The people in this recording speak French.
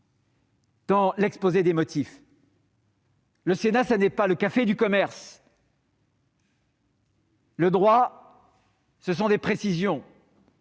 dans l'exposé des motifs du texte. Le Sénat, ce n'est pas le café du commerce ! Le droit nécessite des précisions